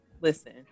Listen